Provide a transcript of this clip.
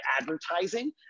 advertising